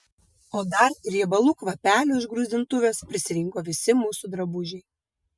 o dar riebalų kvapelio iš gruzdintuvės prisirinko visi mūsų drabužiai